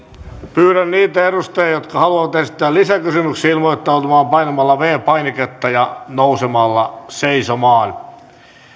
pyydän niitä edustajia jotka haluavat esittää lisäkysymyksiä ilmoittautumaan painamalla viides painiketta ja nousemalla seisomaan